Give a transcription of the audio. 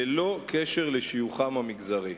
ללא קשר לשיוכן המגזרי.